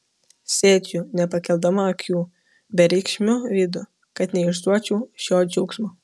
sėdžiu nepakeldama akių bereikšmiu veidu kad neišduočiau šio džiaugsmo